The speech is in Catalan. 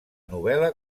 novel·la